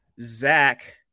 Zach